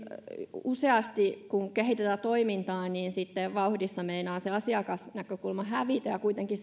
useasti kun kehitetään toimintaa sitten vauhdissa meinaa se asiakasnäkökulma hävitä ja kuitenkin